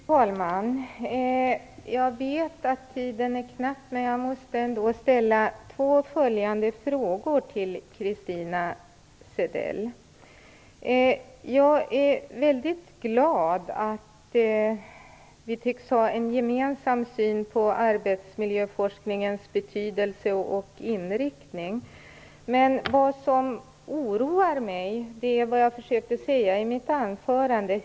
Fru talman! Jag vet att tiden är knapp, men jag måste ändå ställa två frågor till Christina Zedell. Jag är mycket glad att vi tycks ha en gemensam syn på arbetsmiljöforskningens betydelse och inriktning. Men det finns en sak som oroar mig. Jag försökte säga det i mitt anförande.